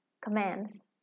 commands